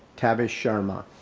tavish sharma.